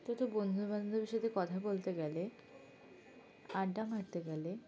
তো তো বন্ধুবান্ধবের সাথে কথা বলতে গেলে আড্ডা মারতে গেলে